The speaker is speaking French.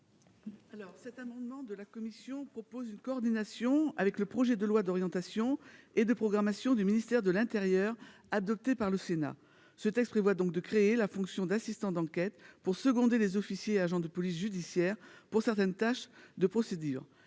Cet amendement de la commission tend à proposer une coordination avec le projet de loi d'orientation et de programmation du ministère de l'intérieur (Lopmi), qui a été adopté par le Sénat. Il est ainsi prévu de créer la fonction d'assistant d'enquête pour seconder les officiers et agents de police judiciaire sur certaines tâches de procédure.